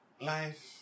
Life